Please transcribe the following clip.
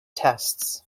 tests